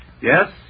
Yes